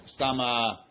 Stama